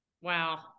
Wow